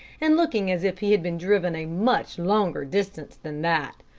and looking as if he had been driven a much longer distance than that.